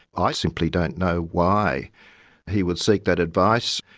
i simply don't know why he would seek that advice.